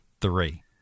three